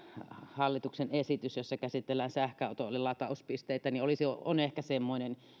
hallituksen esitys jossa käsitellään sähköautojen latauspisteitä on ehkä semmoinen